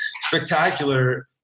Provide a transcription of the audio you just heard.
spectacular